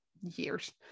years